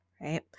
right